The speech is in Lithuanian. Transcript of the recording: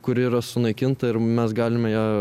kuri yra sunaikinta ir mes galime ją